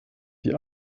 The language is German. die